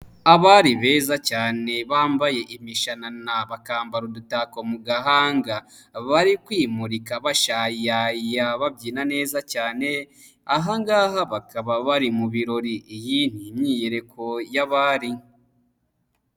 Abari beza cyane bambaye imishanana bakamba udutakako mu gahanga, bari kwimurika bashayaya babyina neza cyane, ahangaha bakaba bari mu birori, iyi ni imyiyereko y'abari.